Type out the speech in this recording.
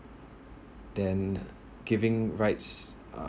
then giving rights uh